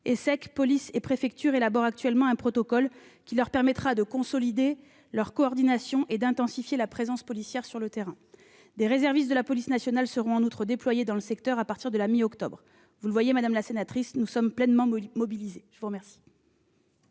Essec, police et préfecture élaborent actuellement un protocole qui leur permettra de consolider leur coordination, et d'intensifier la présence policière sur le terrain. En outre, des réservistes de la police nationale seront déployés dans le secteur, à partir de la mi-octobre 2022. Vous voyez, madame la sénatrice, que nous sommes pleinement mobilisés. La parole